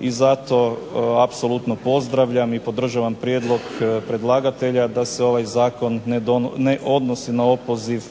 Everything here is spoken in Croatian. i zato apsolutno pozdravljam i podržavam prijedlog predlagatelja da se ovaj Zakon ne odnosi na opoziv